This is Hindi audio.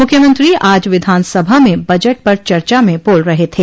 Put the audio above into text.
मुख्यमंत्री आज विधानसभा में बजट पर चर्चा में बोल रहे थे